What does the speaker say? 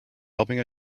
helping